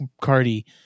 Cardi